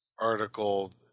article